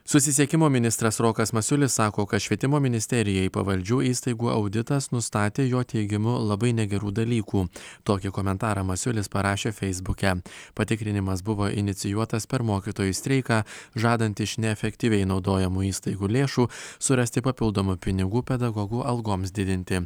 susisiekimo ministras rokas masiulis sako kad švietimo ministerijai pavaldžių įstaigų auditas nustatė jo teigimu labai negerų dalykų tokį komentarą masiulis parašė feisbuke patikrinimas buvo inicijuotas per mokytojų streiką žadant iš neefektyviai naudojamų įstaigų lėšų surasti papildomų pinigų pedagogų algoms didinti